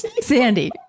Sandy